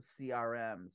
CRMs